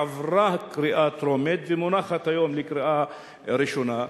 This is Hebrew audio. עברה קריאה טרומית ומונחת היום לקריאה ראשונה,